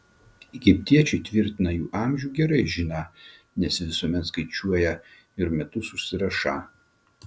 egiptiečiai tvirtina jų amžių gerai žiną nes visuomet skaičiuoją ir metus užsirašą